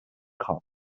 خوام